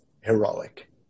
heroic